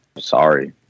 sorry